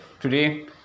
today